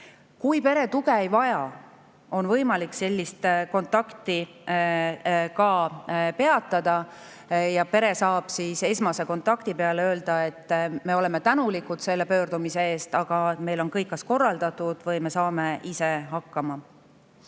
Kui pere tuge ei vaja, on võimalik selline kontakt peatada. Pere saab esmase kontakti peale öelda, et me oleme tänulikud selle pöördumise eest, aga meil on kõik kas korraldatud või me saame ise hakkama.